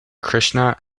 krishna